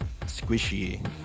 squishy